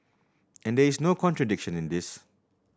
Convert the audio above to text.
and there is no contradiction in this